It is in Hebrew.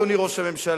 אדוני ראש הממשלה,